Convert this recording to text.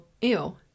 Ew